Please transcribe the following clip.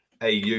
AU